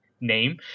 name